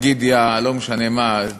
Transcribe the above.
יא-לא-משנה-מה,